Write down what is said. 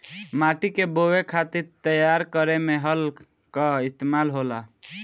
माटी के बोवे खातिर तैयार करे में हल कअ इस्तेमाल होला